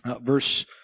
verse